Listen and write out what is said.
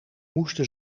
moesten